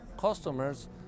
customers